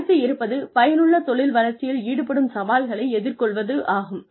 அடுத்து இருப்பது பயனுள்ள தொழில் வளர்ச்சியில் ஈடுபடும் சவால்களை எதிர்கொள்வதாகும்